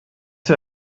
für